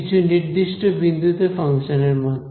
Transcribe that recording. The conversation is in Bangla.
কিছু নির্দিষ্ট বিন্দুতে ফাংশনের মান